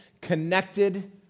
connected